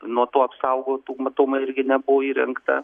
nuo to apsaugotų matomai irgi nebuvo įrengta